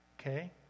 Okay